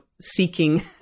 seeking